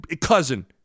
cousin